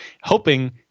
hoping